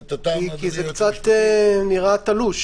את הטעם, אדוני היועץ